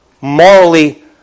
morally